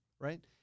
right